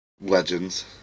Legends